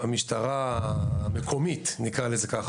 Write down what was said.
המשטרה המקומית נקרא לזה כך